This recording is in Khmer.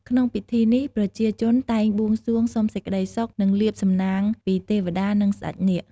ក្នុងពិធីនេះ ប្រជាជនតែងបួងសួងសុំសេចក្តីសុខ និងលាភសំណាងពីទេវតា និង ស្តេចនាគ។